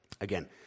Again